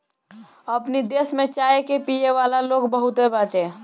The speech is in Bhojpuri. अपनी देश में चाय के पियेवाला लोग बहुते बाटे